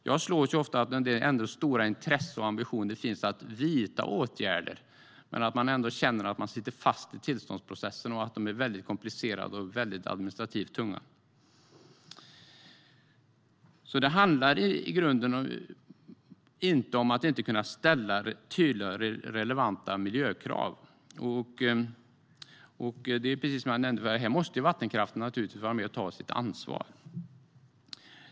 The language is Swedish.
Jag slås ofta av det stora intresse och ambitioner som där finns att vidta åtgärder, men man känner ändå att man sitter fast i komplicerade och administrativt tunga tillståndsprocesser. Det handlar i grunden inte om att inte kunna ställa tydliga och relevanta miljökrav. Det är precis som jag nämnde: Här måste vattenkraften naturligtvis vara med och ta sitt ansvar.